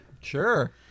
Sure